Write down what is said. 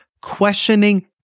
questioning